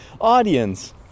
audience